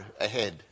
ahead